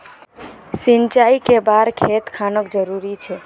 सिंचाई कै बार खेत खानोक जरुरी छै?